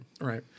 right